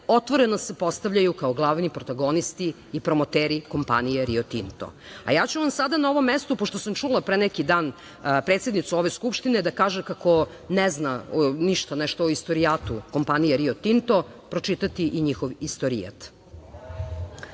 otvoreno se postavljaju kao glavni protagonisti i promoteri kompanije Rio Tinto. Ja ću vam sada na ovom mestu, pošto sam čula pre neki dan predsednicu Skupštine da kaže kako ne zna ništa o istorijatu kompanije Rio Tinto, pročitati i njihov istorijat. Rudarski